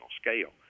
scale